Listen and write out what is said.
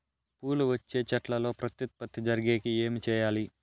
పూలు వచ్చే చెట్లల్లో ప్రత్యుత్పత్తి జరిగేకి ఏమి చేయాలి?